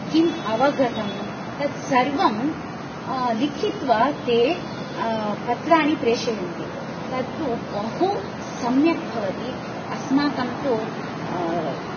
किम् अवगतं तत् सर्वं लिखित्वा ते पत्राणि प्रेषयन्ति तत् तु बहु सम्यक् भवति अस्माकं तु